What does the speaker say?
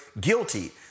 guilty